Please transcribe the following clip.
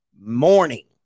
morning